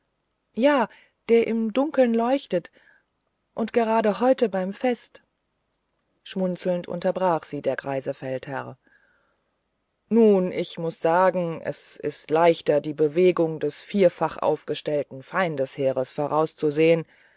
ja der im dunklen leuchtet und gerade heute beim fest schmunzelnd unterbrach sie der greise feldherr nun ich muß sagen es ist leichter die bewegung des vierfach aufgestellten feindesheeres vorauszusehen